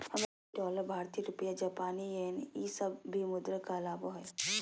अमेरिकी डॉलर भारतीय रुपया जापानी येन ई सब भी मुद्रा कहलाबो हइ